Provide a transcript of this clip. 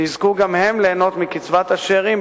שיזכו גם הם ליהנות מקצבת השאירים,